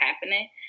happening